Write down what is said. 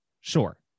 Sure